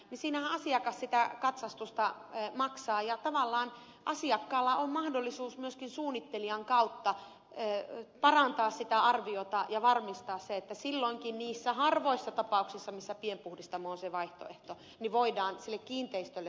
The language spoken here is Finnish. siinähän asiakas sitä katsastusta maksaa ja tavallaan asiakkaalla on mahdollisuus myöskin suunnittelijan kautta parantaa sitä arviota ja varmistaa se että silloinkin niissä harvoissa tapauksissa missä pienpuhdistamo on se vaihtoehto voidaan sille kiinteistölle sopiva pienpuhdistamo valita